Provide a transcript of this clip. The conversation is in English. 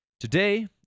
Today